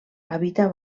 habita